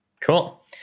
cool